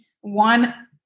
one